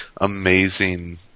amazing